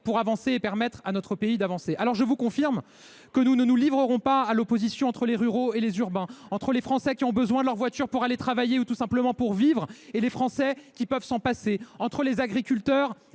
pour permettre à notre pays d’avancer. Je vous confirme que nous ne nous livrerons pas à une opposition entre ruraux et urbains,… Nous non plus !… entre les Français qui ont besoin de leur voiture pour aller travailler, ou tout simplement pour vivre, et les Français qui peuvent s’en passer, entre les agriculteurs